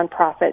nonprofit